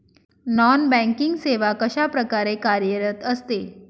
Non banking सेवा कशाप्रकारे कार्यरत असते?